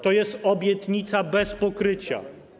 to jest obietnica bez pokrycia.